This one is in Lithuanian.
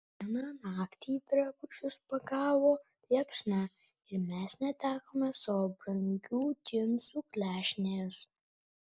vieną naktį drabužius pagavo liepsna ir mes netekome savo brangių džinsų klešnės